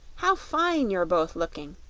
how fine you're both looking.